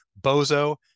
bozo